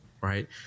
Right